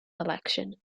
election